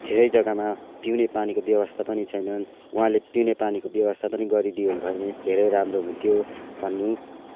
धेरै जग्गामा पिउने पानीको व्यवस्था पनि छैनन् उहाँले पिउने पानीको व्यवस्था पनि गरिदिनुभयो भने धेरै राम्रो हुन्थ्यो भन्नु